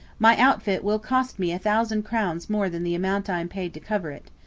my outfit will cost me a thousand crowns more than the amount i am paid to cover it.